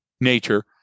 nature